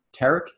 Tarek